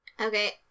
Okay